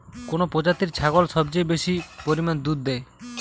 কোন প্রজাতির ছাগল সবচেয়ে বেশি পরিমাণ দুধ দেয়?